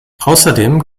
außerdem